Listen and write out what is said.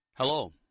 Hello